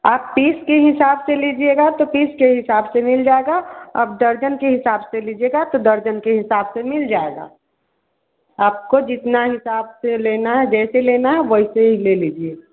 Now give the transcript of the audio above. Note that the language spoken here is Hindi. आप पीस के हिसाब से लीजिएगा तो पीस के हिसाब मिल जाएगा आप दर्जन के हिसाब से लीजिएगा तो दर्जन के हिसाब से मिल जाएगा आपको जितना हिसाब से लेना है जैसे लेना है वैसे ही ले लीजिए